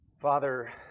Father